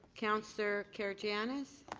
councillor karygiannis.